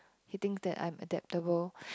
he thinks that I'm adaptable